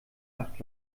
acht